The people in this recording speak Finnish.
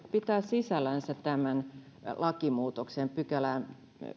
pitää sisällänsä tämän lakimuutoksen viidenteenkymmenenteen pykälään